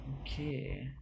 Okay